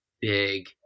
big